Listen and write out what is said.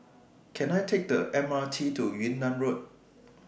Can I Take The M R T to Yunnan Road